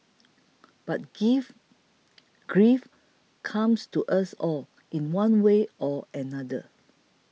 but give grief comes to us all in one way or another